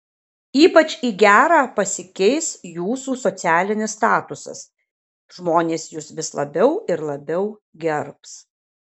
ypač į gerą pasikeis jūsų socialinis statusas žmonės jus vis labiau ir labiau gerbs